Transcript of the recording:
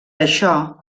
això